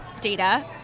data